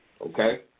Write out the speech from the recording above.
Okay